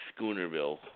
Schoonerville